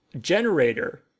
generator